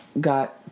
got